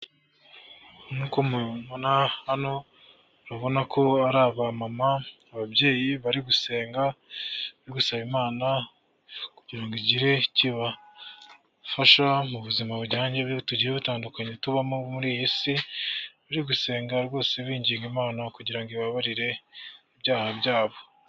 Nkuko mubibona hano murabona ko ari aba mama ababyeyi bari gusenga ,gusaba imana kugira ngo igire icyo ibafasha mu buzima bujyanye n'ubugiye butandukanye tubamo muri iyi si ,bari gusenga rwose binginga imana kugira ngo ibabarire ibyaha byabo.